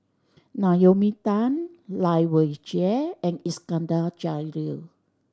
Naomi Tan Lai Weijie and Iskandar Jalil